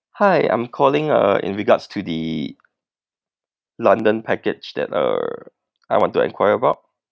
hi I'm calling uh in regards to the london package that uh I want to enquire about